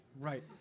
Right